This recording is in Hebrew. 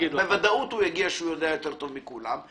בוודאות הוא יגיד שהוא יודע יותר טוב מכולם,